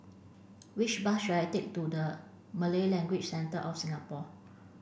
which bus should I take to the Malay Language Centre of Singapore